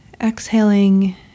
Exhaling